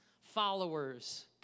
followers